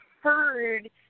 heard